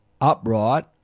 upright